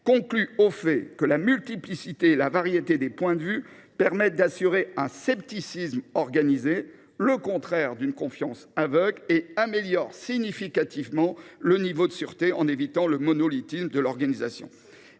concluent au fait que la multiplicité et la variété des points de vue permettent d’assurer un “scepticisme organisé”, le contraire d’une confiance aveugle, et améliorent significativement le niveau de sûreté en évitant le monolithisme de l’organisation. »